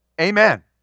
Amen